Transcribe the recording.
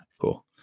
cool